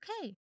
okay